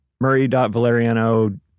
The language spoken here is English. Murray.Valeriano